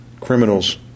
Criminals